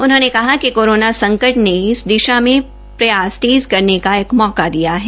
उन्होंने कहा कि कोरोना संकट ने इस दिशा में प्रयासरत तेज़ करने का एक मौका दिया है